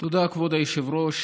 תודה, כבוד היושב-ראש.